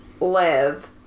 live